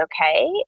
okay